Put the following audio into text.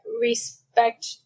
respect